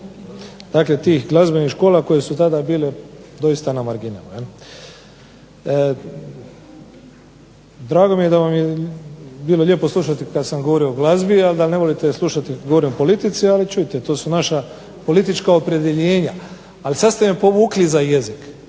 Dakle tih glazbenih škola koje su tada bile doista na marginama jel. Drago mi je da vam je bilo lijepo slušati kad sam govorio o glazbi, a da ne volite slušati kad govorim o politici, ali čujte to su naša politička opredjeljenja. Ali sad ste me povukli za jezik,